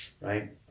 right